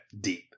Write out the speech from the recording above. deep